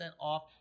off